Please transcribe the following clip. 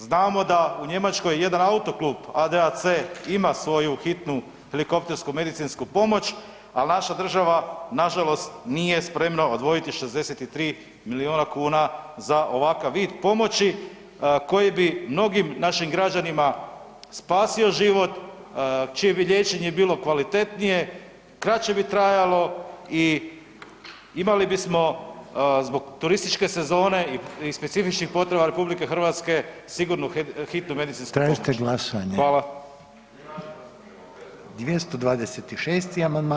Znamo da u Njemačkoj jedan autoklub ADAC ima svoju hitnu helikoptersku medicinsku pomoć, ali naša država nažalost nije spremna odvojiti 63 milijuna kuna za ovakav vid pomoći koji bi mnogim našim građanima spasio život čije bi liječenje bilo kvalitetnije, kraće bi trajalo i imali bismo zbog turističke sezone i specifičnih potreba RH sigurnu hitnu helikoptersku medicinsku pomoć [[Upadica Reiner: Tražite glasanje?]] Hvala.